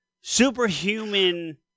superhuman